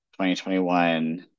2021